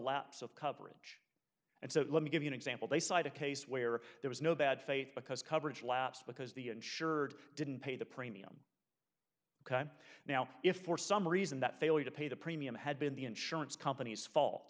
lapse of coverage and so let me give you an example they cite a case where there was no bad faith because coverage lapsed because the insured didn't pay the premium now if for some reason that failure to pay the premium had been the insurance company's fault